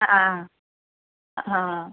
ആ ആ ആ ആ ആ ആ ആ